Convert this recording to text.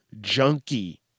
junkie